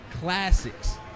classics